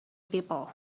people